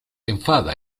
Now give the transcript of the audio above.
enfada